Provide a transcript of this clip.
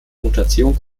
mutation